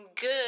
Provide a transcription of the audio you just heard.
Good